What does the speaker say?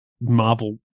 Marvel